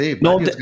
no